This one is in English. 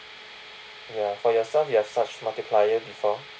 ya for yourself you have such multiplier before